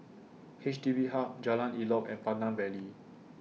H D B Hub Jalan Elok and Pandan Valley